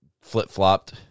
flip-flopped